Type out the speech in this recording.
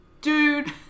dude